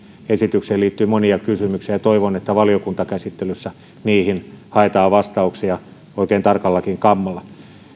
esitykseen liittyy monia kysymyksiä ja toivon että valiokuntakäsittelyssä niihin haetaan vastauksia oikein tarkallakin kammalla